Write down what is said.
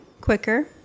quicker